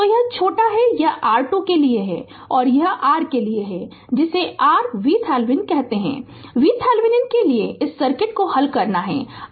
तो यह छोटा है यह R2 के लिए है और यह r के लिए है जिसे rVTheveninकहते हैं VTheveninके लिए इस सर्किट को हल करना है